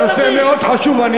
הנושא מאוד חשוב.